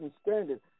standard